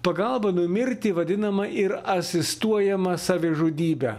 pagalbą numirti vadinama ir asistuojama savižudybe